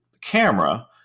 camera